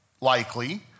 likely